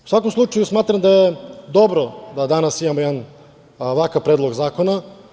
U svakom slučaju, smatram da je dobro da danas imamo ovakav jedan predlog zakona.